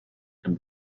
and